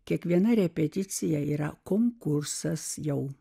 kiekviena repeticija yra konkursas jau